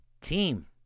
team